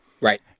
Right